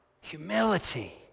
humility